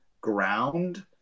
Ground